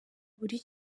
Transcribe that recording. buri